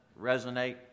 resonate